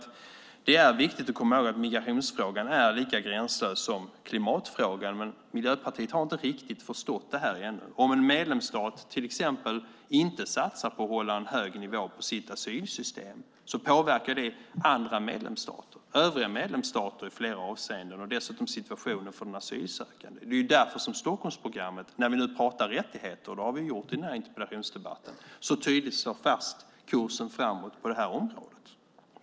Det är viktigt att komma ihåg att migrationsfrågan är lika gränslös som klimatfrågan, men Miljöpartiet har inte riktigt förstått det ännu. Om en medlemsstat till exempel inte satsar på att hålla en hög nivå på sitt asylsystem påverkar det övriga medlemsstater i flera avseenden och dessutom situationen för de asylsökande. Det är därför som Stockholmsprogrammet, när vi nu pratar rättigheter i den här interpellationsdebatten, så tydligt slår fast kursen framåt på det här området.